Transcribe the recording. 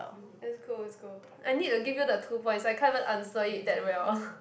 it's cool it's cool I need to give you the two points I can't even answer it that well